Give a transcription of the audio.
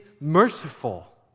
merciful